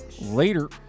Later